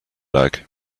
like